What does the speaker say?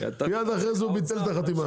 מידי אחרי זה הוא ביטל את החתימה.